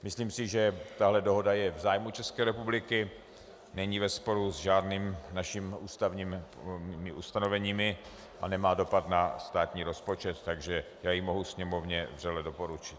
Myslím si, že tahle dohoda je v zájmu České republiky, není ve sporu s žádnými našimi ustanoveními a nemá dopad na státní rozpočet, takže já ji mohu Sněmovně vřele doporučit.